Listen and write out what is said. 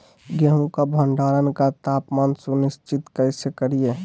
गेहूं का भंडारण का तापमान सुनिश्चित कैसे करिये?